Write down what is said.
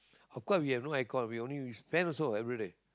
of course we have no aircon we only use fan also every day